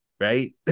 Right